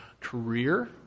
career